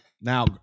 Now